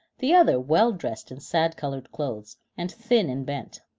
the other, well dressed in sad-colored clothes, and thin and bent.